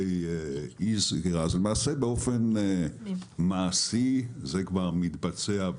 אז למעשה באופן מעשי זה כבר מתבצע.